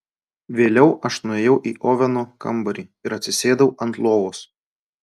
vėliau aš nuėjau į oveno kambarį ir atsisėdau ant lovos